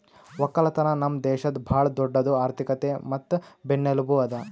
ಒಕ್ಕಲತನ ನಮ್ ದೇಶದ್ ಭಾಳ ದೊಡ್ಡುದ್ ಆರ್ಥಿಕತೆ ಮತ್ತ ಬೆನ್ನೆಲುಬು ಅದಾ